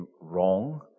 wrong